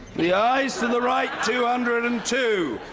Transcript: the ayes to the right two hundred and two,